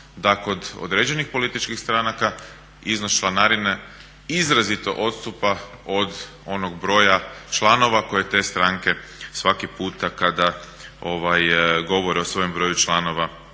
da kod određenih političkih stranka iznos članarine izrazito odstupa od onog broja članova koje te stranke svaki puta kada govore o svojem broju članova